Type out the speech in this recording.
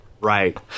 Right